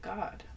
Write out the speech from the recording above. God